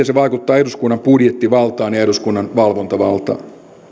se vaikuttaa eduskunnan budjettivaltaan ja ja eduskunnan valvontavaltaan